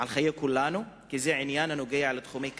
לחיי כולנו, כי זה עניין הנוגע לתחומי כלכלה,